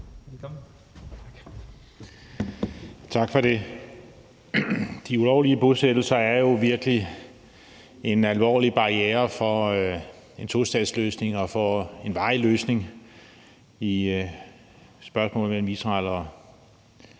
Tak for det. De ulovlige bosættelser er jo virkelig en alvorlig barriere for en tostatsløsning og for en varig løsning i spørgsmålet mellem Israel og